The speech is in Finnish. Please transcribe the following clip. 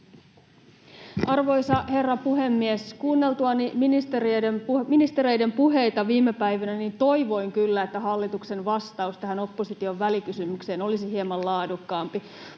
Arvoisa herra puhemies! Kuunneltuani ministereiden puheita viime päivinä toivoin kyllä, että hallituksen vastaus tähän opposition välikysymykseen olisi hieman laadukkaampi.